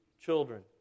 children